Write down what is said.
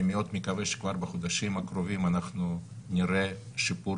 אני מאוד מקווה שכבר בחודשים הקרובים אנחנו נראה שיפור